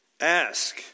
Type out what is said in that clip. Ask